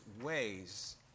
ways